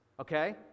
okay